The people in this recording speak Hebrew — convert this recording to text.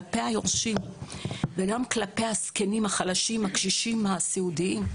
כלפי היורשים וגם כלפי הזקנים החלשים הקשישים הסיעודיים.